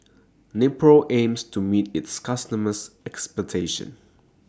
Nepro aims to meet its customers' expectations